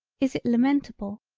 is it lamentable,